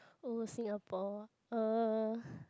old Singapore uh